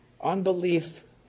unbelief